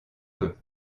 peu